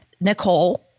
nicole